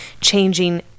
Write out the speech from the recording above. changing